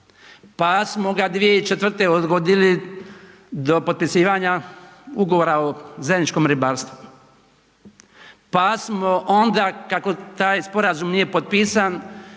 pa smo ga 2004. odgodili do potpisivanja Ugovora o zajedničkom ribarstvu, pa smo onda kako taj sporazum nije potpisan,